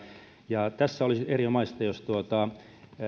ja käräjäoikeutta olisi erinomaista jos